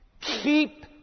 Keep